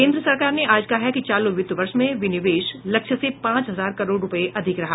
केन्द्र सरकार ने आज कहा कि चालू वित्त वर्ष में विनिवेश लक्ष्य से पांच हजार करोड़ रुपये अधिक रहा